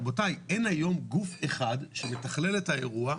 רבותיי אין היום גוף אחד שמתכלל את האירוע,